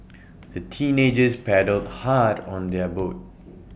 the teenagers paddled hard on their boat